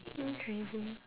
hmm